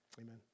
Amen